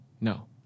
No